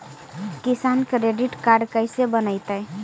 किसान credit card कैसे बनतै?